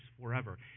forever